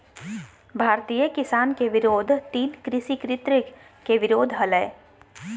भारतीय किसान के विरोध तीन कृषि कृत्य के विरोध हलय